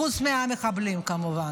חוץ מהמחבלים כמובן.